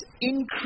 increase